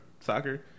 soccer